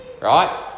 right